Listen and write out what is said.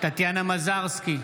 טטיאנה מזרסקי,